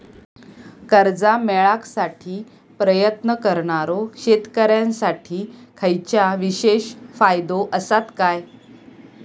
कर्जा मेळाकसाठी प्रयत्न करणारो शेतकऱ्यांसाठी खयच्या विशेष फायदो असात काय?